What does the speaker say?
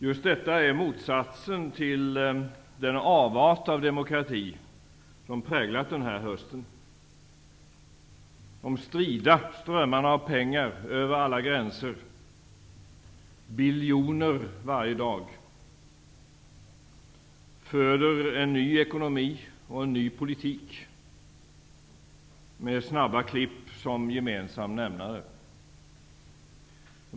Just detta är motsatsen till den avart av demokrati som präglat den här hösten. De strida strömmarna av pengar, biljoner varje dag, över alla gränser föder en ny ekonomi och en ny politik med snabba klipp som gemensam nämnare.